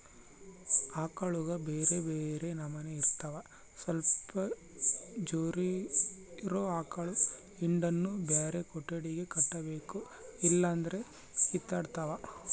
ಆಕಳುಗ ಬ್ಯೆರೆ ಬ್ಯೆರೆ ನಮನೆ ಇರ್ತವ ಸ್ವಲ್ಪ ಜೋರಿರೊ ಆಕಳ ಹಿಂಡನ್ನು ಬ್ಯಾರೆ ಕೊಟ್ಟಿಗೆಗ ಕಟ್ಟಬೇಕು ಇಲ್ಲಂದ್ರ ಕಿತ್ತಾಡ್ತಾವ